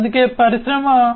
అందుకే పరిశ్రమ 4